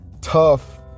tough